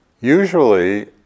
Usually